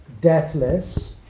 deathless